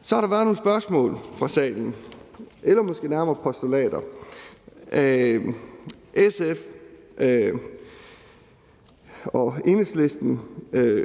Så har der været nogle spørgsmål fra salen eller måske nærmere nogle postulater. SF og Enhedslisten